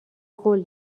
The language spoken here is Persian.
قول